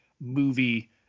movie